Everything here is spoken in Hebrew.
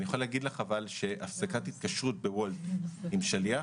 אני יכול להגיד לך שהפסקת התקשרות בוולט עם שליח,